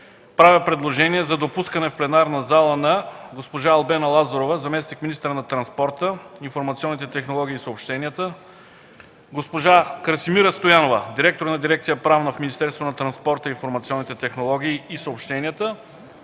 правя предложение за допускане в пленарната зала на: госпожа Албена Лазарова – заместник-министър на транспорта, информационните технологии и съобщенията, госпожа Красимира Стоянова – директор на дирекция „Правна” в Министерството